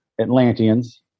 Atlanteans